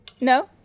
No